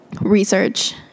research